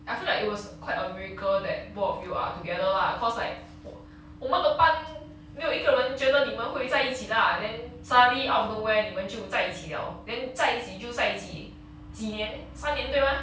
I feel like it was quite a miracle that both of you are together lah cause like 我我们的班没有一个人觉得你们会在一起 lah then suddenly out of nowhere 你们就在一起了 then 在一起就在一起几年三年对吗